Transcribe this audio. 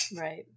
Right